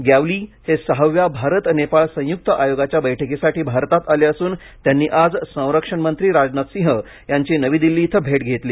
ग्यावाली हे सहाव्या भारत नेपाळ संयुक्त आयोगाच्या बैठकीसाठी भारतात आले असून त्यांनी आज संरक्षणमंत्री राजनाथ सिंह यांची नवी दिल्ली येथे भेट घेतली